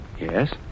Yes